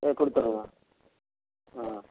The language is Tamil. சரி கொடுத்துட்றேங்க ஆ